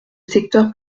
secteur